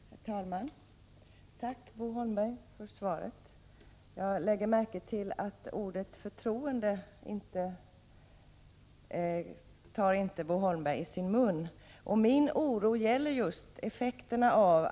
Prot. 1986/87:109 Herr talman! Tack för svaret, Bo Holmberg. Jag lägger märke till att Bo 23 april 1987 Holmberg inte tar ordet förtroende i sin mun. Min oro gäller just effekterna. AG."